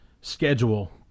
schedule